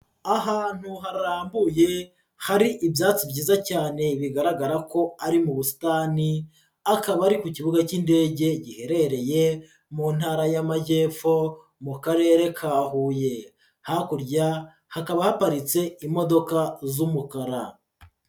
Ahantu harambuye hari ibyatsi byiza cyane bigaragara ko ari mu busitani, akaba ari ku kibuga cy'indege giherereye mu ntara y'Amajyepfo mu karere ka Huye, hakurya hakaba haparitse imodoka z'umukara.